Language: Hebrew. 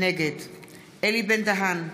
נגד אלי בן-דהן,